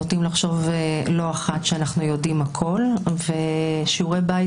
נוטים לחשוב לא אחת שאנחנו יודעים הכול ושיעורי בית,